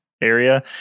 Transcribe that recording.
area